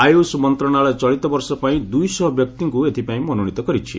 ଆୟୁଷ୍ ମନ୍ତ୍ରଣାଳୟ ଚଳିତ ବର୍ଷ ପାଇଁ ଦୁଇ ଶହ ବ୍ୟକ୍ତିଙ୍କୁ ଏଥିପାଇଁ ମନୋନୀତ କରିଛି